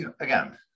again